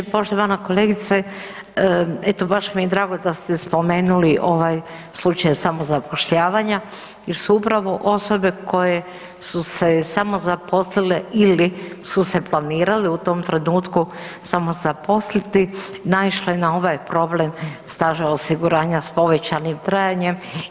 Poštovana kolegice evo baš mi je drago da ste spomenuli ovaj slučaj samozapošljavanja jer su upravo osobe koje su se samozaposlile ili su se planirale u tom trenutku samozaposliti naišle na ovaj problem staža osiguranja s povećanim trajanjem.